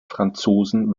franzosen